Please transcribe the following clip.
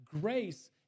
grace